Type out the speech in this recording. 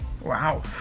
Wow